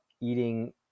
eating